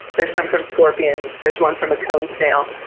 there's some from scorpions, there's one from a cone snail.